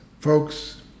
Folks